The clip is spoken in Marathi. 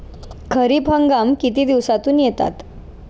खरीप हंगाम किती दिवसातून येतात?